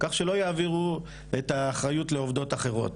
כך שלא יעבירו את האחריות לעובדות אחרות.